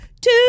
two